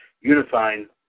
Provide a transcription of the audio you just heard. unifying